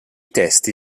testi